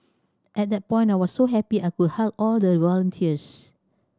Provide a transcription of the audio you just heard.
at that point I was so happy I could hug all the volunteers